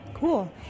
Cool